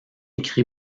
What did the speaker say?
écrit